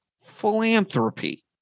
philanthropy